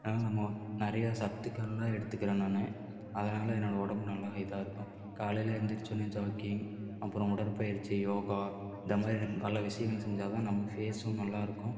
அதனால நம்ம நிறையா சத்துக்கள்லாம் இடத்துக்கிறேன் நான் அதனால என்னோடய உடம்பு நல்லா இதாக இருக்கும் காலையில் எந்திரிச்சோன ஜாக்கிங் அப்புறம் உடற்பயிற்சி யோகா இந்தமாதிரி பல விஷயங்கள் செஞ்சால்தான் நம்ம ஃபேஸும் நல்லாயிருக்கும்